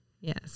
Yes